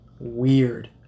weird